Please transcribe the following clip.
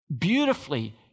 beautifully